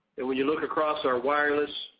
and when you look across our wireless,